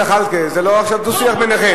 חבר הכנסת זחאלקה, עכשיו זה לא דו-שיח ביניכם.